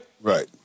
Right